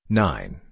nine